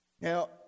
Now